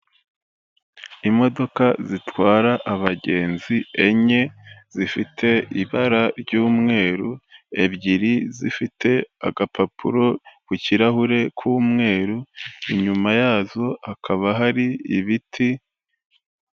Imodoka zitwara abagenzi enye, zifite ibara ry'umweru ebyiri zifite agapapuro ku kirahure k'umweru inyuma yazo hakaba hari ibiti.